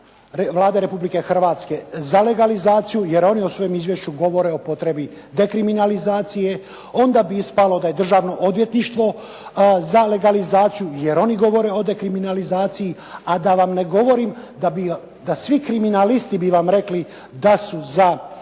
Vlade RH za legalizaciju jer oni u svojem izvješću govore o potrebi dekriminalizacije, onda bi ispalo da je Državno odvjetništvo za legalizaciju jer oni govore o dekriminalizaciji, a da vam ne govorim da svi kriminalisti bi vam rekli da su za dekriminalizaciju